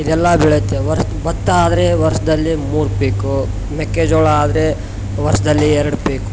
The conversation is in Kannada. ಇದೆಲ್ಲ ಬೆಳೆಯತ್ತೆ ವರ ಭತ್ತ ಆದರೆ ವರ್ಷದಲ್ಲಿ ಮೂರು ಪೀಕು ಮೆಕ್ಕೆಜೋಳ ಆದರೆ ವರ್ಷದಲ್ಲಿ ಎರಡು ಪೀಕು